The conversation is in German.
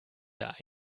der